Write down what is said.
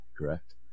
correct